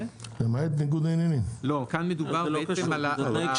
פה מדובר על תנאי